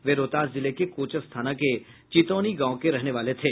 वे रोहतास जिले के कोचस थाना के चितौनी गांव के रहने वाले थे